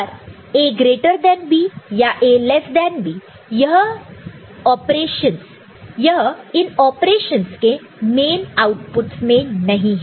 पर A greater than B या A less than B यह इन ऑपरेशनस के मेन आउटपुटस है